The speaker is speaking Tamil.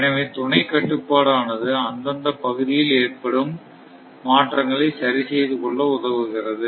எனவே துணை கட்டுப்பாடு ஆனது அந்தந்த பகுதியில் ஏற்படும் மாற்றங்களை சரி செய்து கொள்ள உதவுகிறது